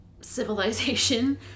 civilization